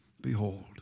Behold